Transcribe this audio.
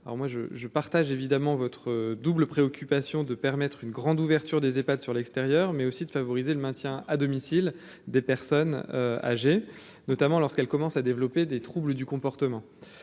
je partage évidemment votre double préoccupation de permettre une grande ouverture des Epad sur l'extérieur, mais aussi de favoriser le maintien à domicile des personnes âgées, notamment lorsqu'elle commence à développer des troubles du comportement,